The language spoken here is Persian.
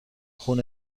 خون